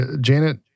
Janet